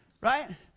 Right